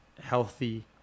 healthy